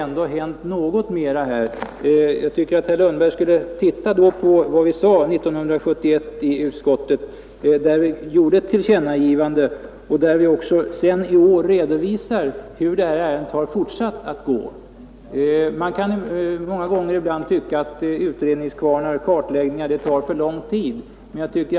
Jag tycker att herr Lundberg borde läsa vad utskottet sade 1971, då vi gjorde ett tillkännagivande, och vad vi säger i år när vi redovisat den fortsatta behandlingen av detta ärende. Man kan många gånger tycka att kartläggningar tar för lång tid och att utredningskvarnen mal långsamt.